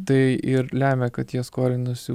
tai ir lemia kad jie skolinasi